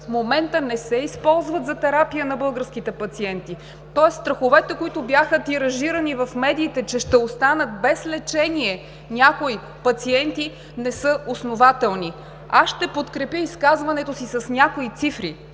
в момента не се използват за терапия на българските пациенти. Тоест страховете, които бяха тиражирани в медиите, че някои пациенти ще останат без лечение, не са основателни. Аз ще подкрепя изказването си с някои цифри.